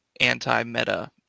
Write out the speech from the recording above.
anti-meta